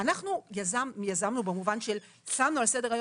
אנחנו יזמנו במובן ששמנו על סדר-היום